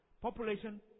Population